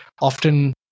often